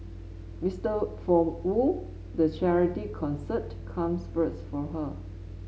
Mister for Wu the charity concert comes first for her